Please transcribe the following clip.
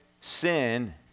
sin